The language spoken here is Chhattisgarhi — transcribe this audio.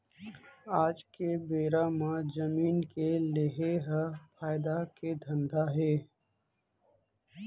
आज के बेरा म जमीन के लेहे ह फायदा के धंधा हे